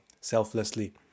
selflessly